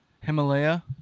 Himalaya